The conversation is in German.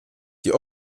die